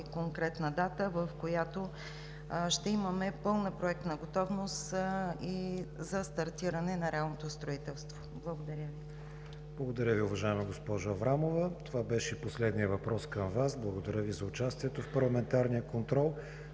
конкретна дата, в който ще имаме пълна проектна готовност за стартиране на реалното строителство. Благодаря Ви. ПРЕДСЕДАТЕЛ КРИСТИАН ВИГЕНИН: Благодаря Ви, уважаема госпожо Аврамова. Това беше последният въпрос към Вас. Благодаря Ви за участието в парламентарния контрол.